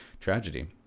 tragedy